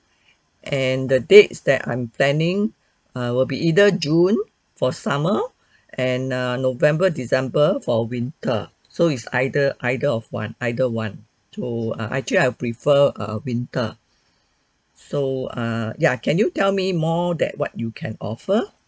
and the dates that I'm planning err will be either june for summer and err november december for winter so it's either either of one either one so uh actually I prefer err winter so uh ya can you tell me more that what you can offer